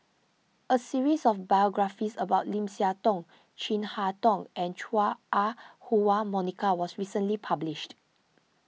a series of biographies about Lim Siah Tong Chin Harn Tong and Chua Ah Huwa Monica was recently published